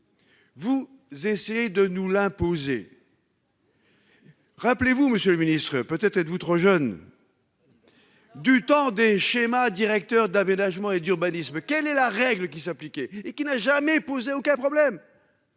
Vous essayez de nous l'imposer. Rappelez-vous Monsieur le Ministre, peut-être êtes vous trop jeune. Du temps des schémas directeurs d'aménagement et d'urbanisme. Quelle est la règle qui s'appliquer et qui n'a jamais posé aucun problème.